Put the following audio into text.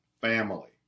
family